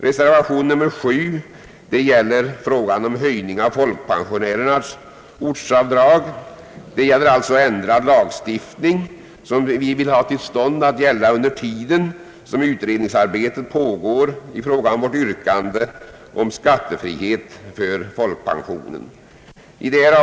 Reservation nr 7 gäller frågan om höjning av folkpensionärernas ortsavdrag, alltså ändrad lagstiftning att gälla under tiden som utredningsarbetet pågår i fråga om vårt yrkande om skattefrihet för folkpensionen.